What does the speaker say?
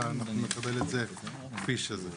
אלא נקבל את זה כפי שזה.